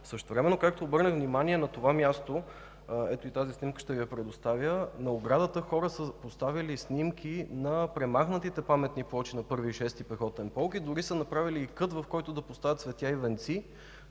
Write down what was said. Същевременно, както обърнах внимание, на това място (показва друга снимка) – ето и тази снимка ще Ви предоставя, на оградата хората са поставили снимки на премахнатите паметни плочи на Първи и Шести пехотен полк. Дори са направили кът, в който да поставят цветя и венци